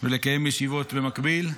ולקיים ישיבות במקביל.